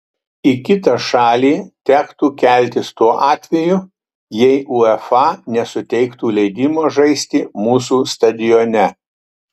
į kitą šalį tektų keltis tuo atveju jei uefa nesuteiktų leidimo žaisti mūsų stadione